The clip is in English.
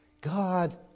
God